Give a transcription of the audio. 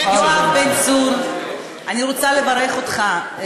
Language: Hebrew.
אני רוצה לברך אותך,